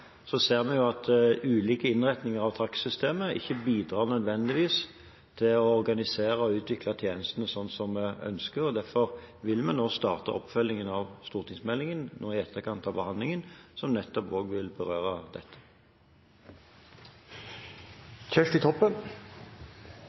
ser vi at ulike innretninger av takstsystemet ikke nødvendigvis bidrar til å organisere og utvikle tjenestene slik vi ønsker, og derfor vil vi starte oppfølgingen av stortingsmeldingen nå i etterkant av behandlingen, som nettopp også vil berøre